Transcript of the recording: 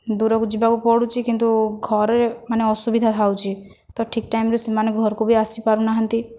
ଦୁରକୁ ଯିବାକୁ ପଡ଼ୁଛି କିନ୍ତୁ ଘରେ ମାନେ ଅସୁବିଧା ହେଉଛି ତ ଠିକ୍ ଟାଇମ୍ରେ ସେମାନେ ଘରକୁ ବି ଆସିପାରୁନାହାନ୍ତି